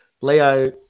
Leo